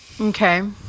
Okay